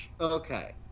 Okay